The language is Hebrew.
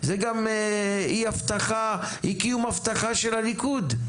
זה גם אי קיום הבטחה של הליכוד.